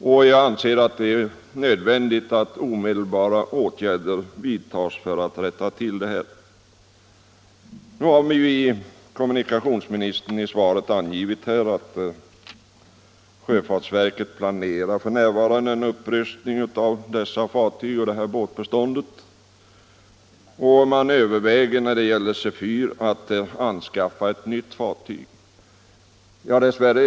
Vi anser att det är nödvändigt att man vidtar omedelbara åtgärder för att rätta till detta. Nu har kommunikationsministern i svaret angivit att sjöfartsverket f.n. planerar en upprustning av dessa fartyg. När det gäller Sefyr överväger man att anskaffa ett nytt fartyg i dess ställe.